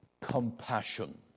compassion